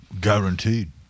Guaranteed